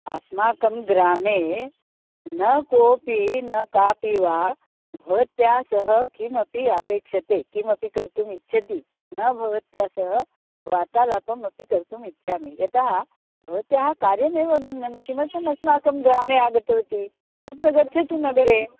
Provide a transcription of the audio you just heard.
अस्माकं ग्रामे न कोपि न कापि वा भवत्या सह किमपि अपेक्षते किमपि कर्तुम् इच्छति न भवत्या सह वार्तालापम् अपि कर्तुम् इच्छामि यतः भवत्याः कार्यमेव भिन्नं किमर्थम् अस्माकं ग्रामे आगतवती तत्र गच्छतु नगरे